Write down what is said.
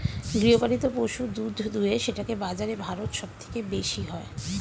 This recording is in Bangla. গৃহপালিত পশু দুধ দুয়ে সেটাকে বাজারে ভারত সব থেকে বেশি হয়